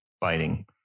biting